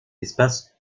espace